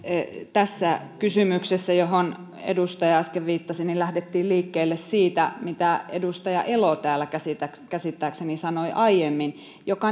tässä kysymyksessä johon edustaja äsken viittasi lähdettiin liikkeelle siitä mitä edustaja elo täällä käsittääkseni käsittääkseni sanoi aiemmin ja mikä